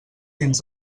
dins